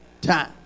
time